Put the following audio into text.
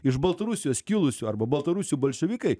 iš baltarusijos kilusių arba baltarusių bolševikai